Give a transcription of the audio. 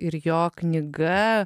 ir jo knyga